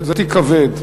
זה תיק כבד